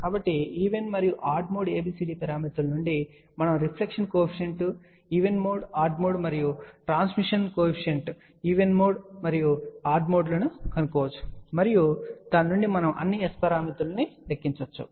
కాబట్టి ఈవెన్ మరియు odd mode ABCD పారామితుల నుండి మనం reflection coefficient even mode odd mode మరియు ట్రాన్స్మిషన్ కోఎఫీషియంట్ ఈవెన్ మోడ్ మరియు ఆడ్ మోడ్ లను కనుగొనవచ్చు మరియు దాని నుండి మనం అన్ని S పారామితులను లెక్కించవచ్చు